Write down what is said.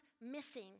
missing